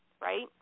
right